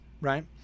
right